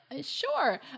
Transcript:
Sure